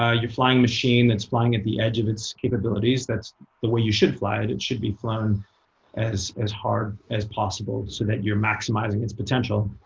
ah you're flying a machine that's flying at the edge of its capabilities. that's the way you should fly it. it should be flown as as hard as possible so that you're maximizing its potential.